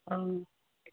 অঁ